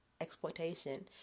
exploitation